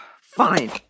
Fine